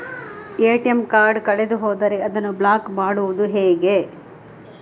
ATM card ಕಳೆದು ಹೋದರೆ ಅದನ್ನು ಬ್ಲಾಕ್ ಮಾಡುವುದು ಹೇಗೆ?